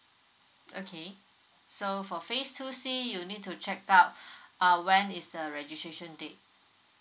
okay so for phase two C you need to check out uh when is the registration date